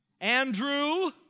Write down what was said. Andrew